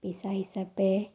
পেচা হিচাপে